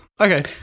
okay